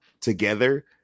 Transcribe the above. together